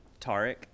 Tarek